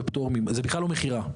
זה בכלל לא מכירה.